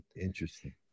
interesting